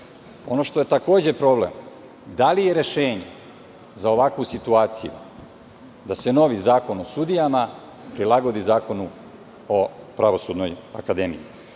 što je takođe problem, da li je rešenje za ovakvu situaciju da se novi Zakon o sudijama prilagodi Zakonu o pravosudnoj akademiji.